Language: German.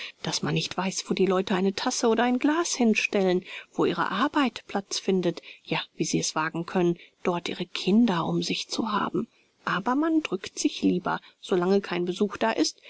daß man nicht weiß wo die leute eine tasse oder ein glas hinstellen wo ihre arbeit platz findet ja wie sie es wagen können dort ihre kinder um sich zu haben aber man drückt sich lieber so lange kein besuch da ist